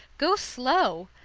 go slow!